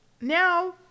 Now